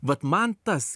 vat man tas